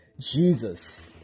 Jesus